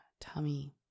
tummy